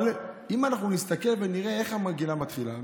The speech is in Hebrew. אבל אם נסתכל ונראה, איך המגילה מתחילה?